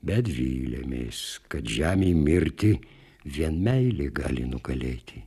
bet viliamės kad žemėj mirti vien meilė gali nugalėti